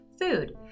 food